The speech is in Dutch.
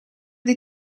die